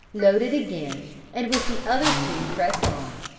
loaded again, and with the other two pressed on.